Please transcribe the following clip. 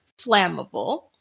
flammable